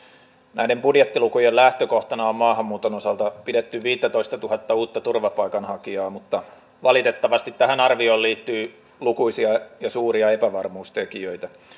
näiden budjettilukujen lähtökohtana on maahanmuuton osalta pidetty viittätoistatuhatta uutta turvapaikanhakijaa mutta valitettavasti tähän arvioon liittyy lukuisia ja suuria epävarmuustekijöitä